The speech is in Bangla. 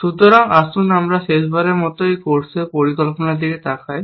সুতরাং আসুন আমরা শেষবারের মতো এই কোর্সে পরিকল্পনার দিকে তাকাই